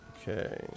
Okay